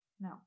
No